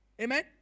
Amen